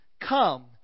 Come